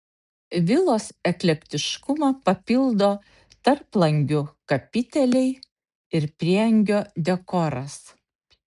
vilos eklektiškumą papildo tarplangių kapiteliai ir prieangio dekoras